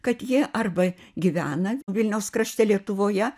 kad jie arba gyvena vilniaus krašte lietuvoje